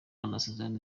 amasezerano